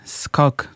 skok